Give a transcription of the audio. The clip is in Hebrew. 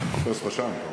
אני מחפש אותך שם.